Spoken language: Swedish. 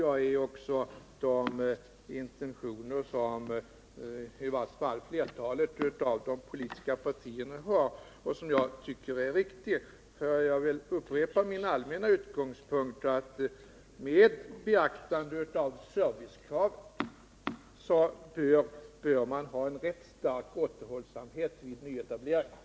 Det tror jag också är den uppfattning som i varje fall flertalet av de politiska partierna har, och jag tycker att den är riktig. Men jag vill upprepa min allmänna utgångspunkt, att med beaktande av servicekravet bör man iaktta en rätt stark återhållsamhet vid nyetableringar.